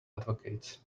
advocates